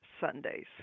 Sundays